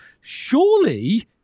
Surely